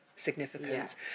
significance